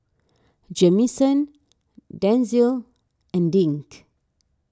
Jamison Denzil and Dink